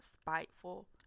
spiteful